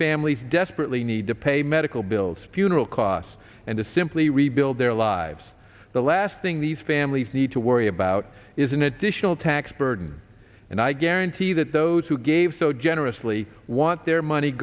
families desperately need to pay medical bills funeral costs and to simply rebuild their lives the last thing these families need to worry about is an additional tax burden and i guarantee that those who gave so generously want their money